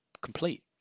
complete